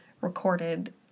recorded